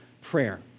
prayer